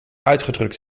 uitgedrukt